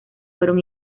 fueron